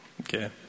okay